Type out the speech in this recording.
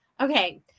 Okay